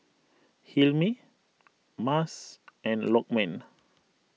Hilmi Mas and Lokman